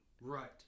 Right